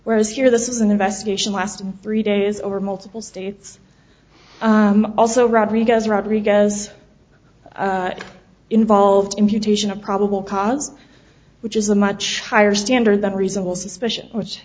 whereas here this is an investigation last three days over multiple states also rodriguez rodriguez involved imputation of probable cause which is a much higher standard than reasonable suspicion which